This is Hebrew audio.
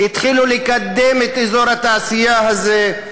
התחילו לקדם את אזור התעשייה הזה.